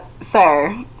sir